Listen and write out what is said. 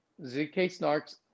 ZK-SNARKs